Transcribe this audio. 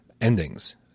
endings